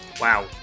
wow